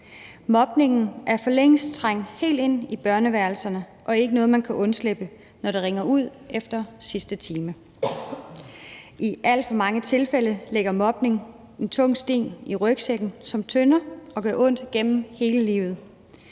Mobningen er forlængst trængt helt ind i børneværelserne, og det er ikke noget, man kan undslippe, når det ringer ud efter sidste time. I alt for mange tilfælde lægger mobning en tung sten i rygsækken, som tynger og gør ondt igennem hele livet.